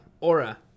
Aura